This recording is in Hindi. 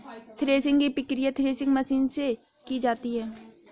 थ्रेशिंग की प्रकिया थ्रेशिंग मशीन से की जाती है